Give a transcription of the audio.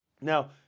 Now